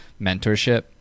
mentorship